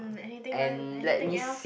anything want anything else